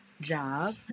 job